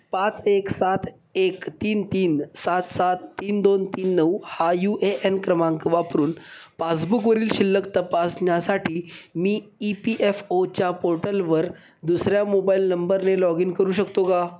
पाच एक सात एक तीन तीन सात सात तीन दोन तीन नऊ हा यू ए एन क्रमांक वापरून पासबुकवरील शिल्लक तपासण्यासाठी मी ई पी एफ ओच्या पोर्टलवर दुसऱ्या मोबाईल नंबरने लॉग इन करू शकतो का